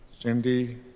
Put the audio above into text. Cindy